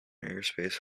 airspace